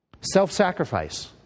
self-sacrifice